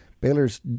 Baylor's